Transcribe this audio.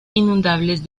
inundables